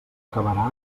acabarà